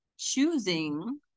Choosing